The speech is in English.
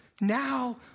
now